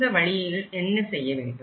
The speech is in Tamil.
இந்த வழியில் என்ன செய்யவேண்டும்